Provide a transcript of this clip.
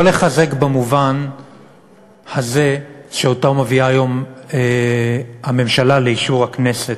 לא לחזק במובן הזה שאותו מביאה היום הממשלה לאישור הכנסת,